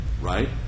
right